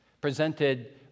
presented